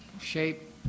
shape